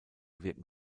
wirken